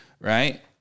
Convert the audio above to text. right